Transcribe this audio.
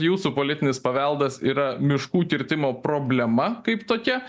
jūsų politinis paveldas yra miškų kirtimo problema kaip tokia